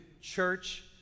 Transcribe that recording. church